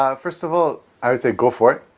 ah first of all, i would say go for it,